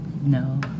No